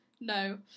no